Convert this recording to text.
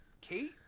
Kate